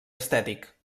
estètic